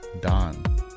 Don